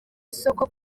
isoko